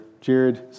Jared